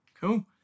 Cool